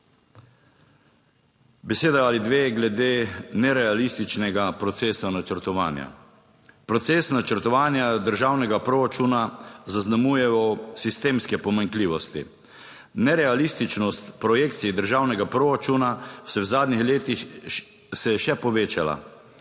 Beseda ali dve glede nerealističnega procesa načrtovanja. Proces načrtovanja državnega proračuna zaznamujejo sistemske pomanjkljivosti. Nerealističnost projekcij državnega proračuna se v zadnjih letih, se je še povečala.